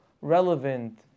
relevant